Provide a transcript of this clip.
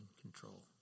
control